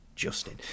Justin